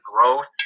growth